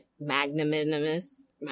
magnanimous